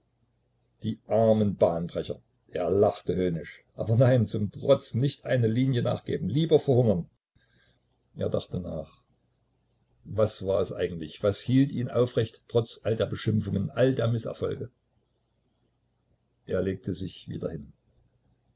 die armen bahnbrecher er lachte höhnisch aber nein zum trotz nicht eine linie nachgeben lieber verhungern er dachte nach was war es eigentlich was hielt ihn aufrecht trotz all der beschimpfungen all der mißerfolge er legte sich wieder hin